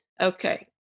Okay